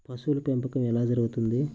పశువుల పెంపకం ఎలా జరుగుతుంది?